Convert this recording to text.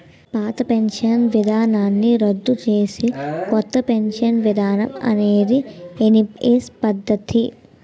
పాత పెన్షన్ విధానాన్ని రద్దు చేసి కొత్త పెన్షన్ విధానం అనేది ఎన్పీఎస్ పద్ధతి